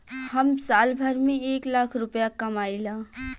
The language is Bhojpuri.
हम साल भर में एक लाख रूपया कमाई ला